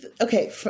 okay